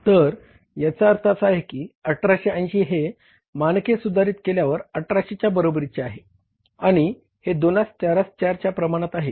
तर याचा अर्थ असा की 1880 हे मानके सुधारित केल्यावर 1800 च्या बरोबरीचे आहे आणि हे 244 च्या प्रमाणात आहे